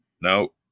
No